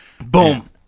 Boom